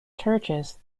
churches